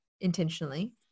intentionally